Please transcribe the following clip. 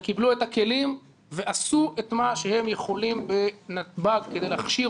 קיבלו את הכלים ועשו את מה שהם יכולים בנתב"ג בכדי להכשיר